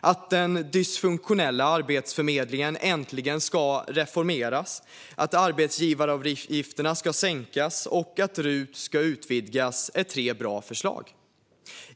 Att den dysfunktionella arbetsförmedlingen äntligen ska reformeras, att arbetsgivaravgifterna ska sänkas och att RUT ska utvidgas är tre bra förslag.